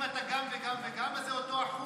אם אתה גם וגם וגם אז זה אותו אחוז.